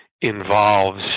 involves